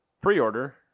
pre-order